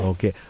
Okay